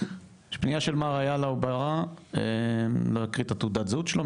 פנייה של מר איילאי ברה להקריא את תעודת הזהות שלו,